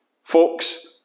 Folks